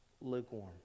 lukewarm